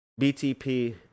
BTP